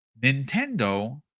Nintendo